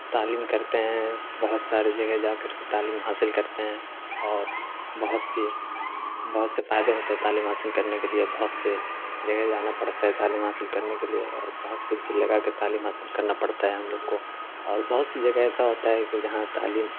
تعلیم کرتے ہیں بہت سارے جگہ جا کر کے تعلیم حاصل کرتے ہیں اور بہت سی بہت سے فائدے ہوتے ہیں تعلیم حاصل کرنے کے لیے بہت سے جگہ جانا پڑتا ہے تعلیم حاصل کرنے کے لیے اور بہت سے دل لگا کے تعلیم حاصل کرنا پڑتا ہے ہم لوگ کو اور بہت سی جگہ ایسا ہوتا ہے کہ جہاں تعلیم